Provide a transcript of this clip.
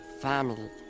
family